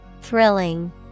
Thrilling